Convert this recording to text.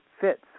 fits